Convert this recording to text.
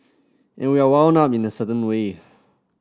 and we are wound up in a certain way